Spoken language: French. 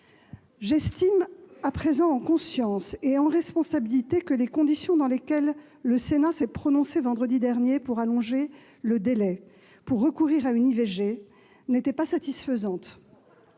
J'estime à présent en conscience et en responsabilité que les conditions dans lesquelles le Sénat s'est prononcé vendredi dernier pour allonger le délai pour recourir à une IVG n'étaient pas satisfaisantes.